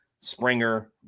Springer